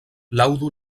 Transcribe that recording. laŭdu